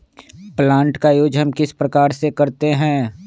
Plant का use हम किस प्रकार से करते हैं?